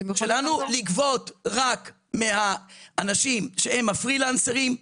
לגבות רק מהאנשים שהם הפרילנסרים,